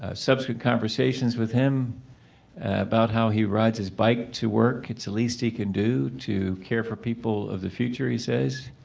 ah substitute conversations with him about how he rides his bike to work, it's the least he could do to care for people of the future, he says.